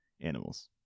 animals